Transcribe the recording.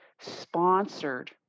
sponsored